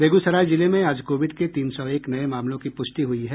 बेगूसराय जिले में आज कोविड के तीन सौ एक नये मामलों की पुष्टि हुई है